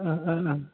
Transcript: ओ ओ ओ